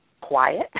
Quiet